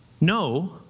No